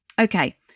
Okay